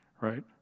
right